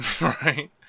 Right